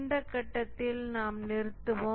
இந்த கட்டத்தில் நாம் நிறுத்துவோம்